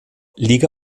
liga